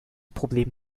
problem